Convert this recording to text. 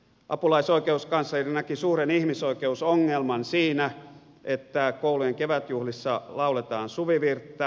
apulaisoikeuskansleri näki suuren ihmisoikeusongelman siinä että koulujen kevätjuhlissa lauletaan suvivirttä